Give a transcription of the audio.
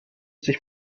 sich